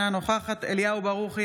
אינה נוכחת אליהו ברוכי,